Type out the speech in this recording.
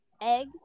egg